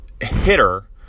hitter